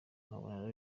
nkabona